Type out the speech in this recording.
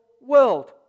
world